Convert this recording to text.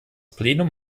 plenum